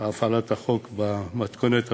הפעלת החוק במתכונת הנוכחית.